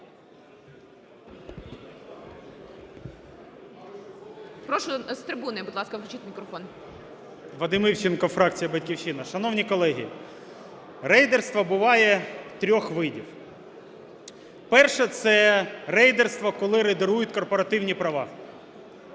Прошу з трибуни, будь ласка, включіть мікрофон. 13:33:54 ІВЧЕНКО В.Є. Вадим Івченко, фракція "Батьківщина". Шановні колеги, рейдерство буває трьох видів: перше – це рейдерство, коли рейдерують корпоративні права,